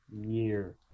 year